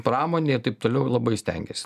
pramonė taip toliau labai stengiasi